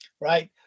Right